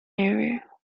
area